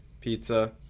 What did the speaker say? pizza